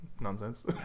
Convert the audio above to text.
nonsense